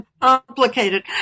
complicated